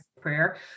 prayer